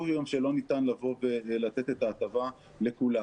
היום שלא ניתן לבוא ולתת את ההטבה לכולם,